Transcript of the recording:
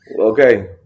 Okay